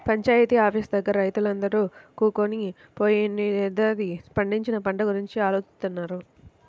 panchayat office దగ్గర రైతులందరూ కూకొని పోయినేడాది పండించిన పంట గురించి ఆలోచిత్తన్నారు